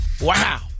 Wow